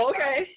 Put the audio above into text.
Okay